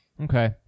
okay